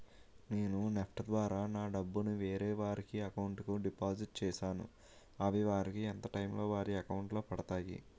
నేను నెఫ్ట్ ద్వారా నా డబ్బు ను వేరే వారి అకౌంట్ కు డిపాజిట్ చేశాను అవి వారికి ఎంత టైం లొ వారి అకౌంట్ లొ పడతాయి?